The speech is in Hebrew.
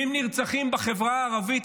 70 נרצחים בחברה הערבית.